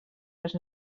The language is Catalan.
les